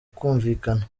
kumvikana